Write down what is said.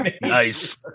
Nice